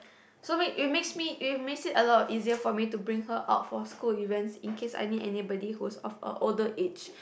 so we it makes me it makes me a lot easier for me to bring her out to school events in case I need to bring someone who's of a older age